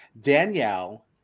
Danielle